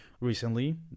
recently